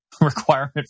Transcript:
requirement